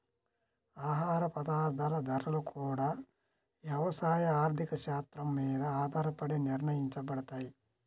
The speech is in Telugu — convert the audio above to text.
ఆహార పదార్థాల ధరలు గూడా యవసాయ ఆర్థిక శాత్రం మీద ఆధారపడే నిర్ణయించబడతయ్